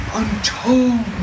untold